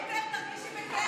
תרגישי בכיף,